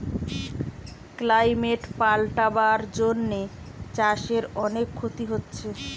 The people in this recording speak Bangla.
ক্লাইমেট পাল্টাবার জন্যে চাষের অনেক ক্ষতি হচ্ছে